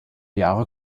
jahre